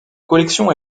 collection